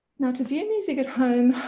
now, to view music at home,